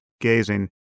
gazing